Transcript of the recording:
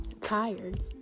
tired